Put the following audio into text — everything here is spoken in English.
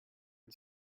and